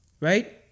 Right